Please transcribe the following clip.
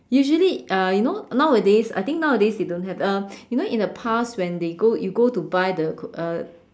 usually uh you know nowadays I think nowadays they don't have um you know in the past when they go you go to buy the uh